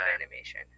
animation